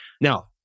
Now